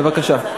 בבקשה.